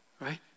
right